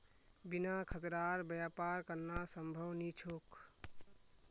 बिना खतरार व्यापार करना संभव नी छोक